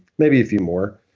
maybe a few more,